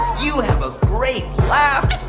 you have a great laugh.